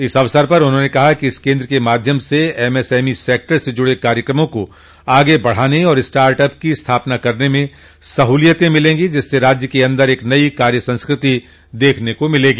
इस अवसर पर उन्होंने कहा कि इस केन्द्र के माध्यम से एमएसएमई सेक्टर से जूड़े कार्यक्रमों को आगे बढ़ाने और स्टाटअप की स्थापना करने में सहूलियतें मिलेंगी जिससे राज्य के अन्दर एक नई कार्य संस्कृति देखने को मिलेगी